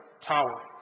tower